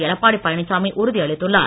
எடப்பாடி பழனிச்சாமி உறுதியளித்துள்ளார்